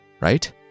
right